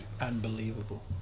unbelievable